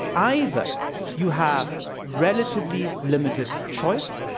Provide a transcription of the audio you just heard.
either you have relatively limited choice,